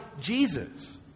Jesus